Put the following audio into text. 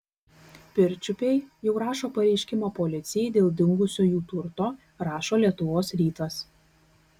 pirčiupiai jau rašo pareiškimą policijai dėl dingusio jų turto rašo lietuvos rytas